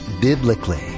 biblically